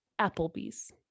applebee's